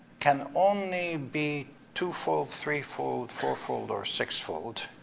can only be two-fold, three-fold, four-fold, or six-fold.